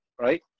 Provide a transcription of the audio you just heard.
right